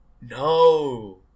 No